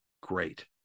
great